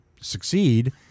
succeed